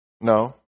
No